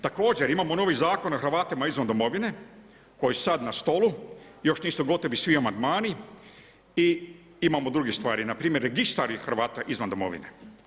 Također imamo novi Zakon o Hrvatima izvan domovine koji sad na stolu, još nisu gotovi svi amandmani i imamo druge stvari npr. … [[Govornik se ne razumije]] Hrvata izvan domovine.